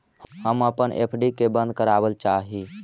हम अपन एफ.डी के बंद करावल चाह ही